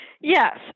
Yes